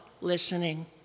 listening